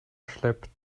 schleppt